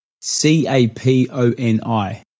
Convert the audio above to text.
C-A-P-O-N-I